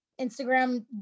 Instagram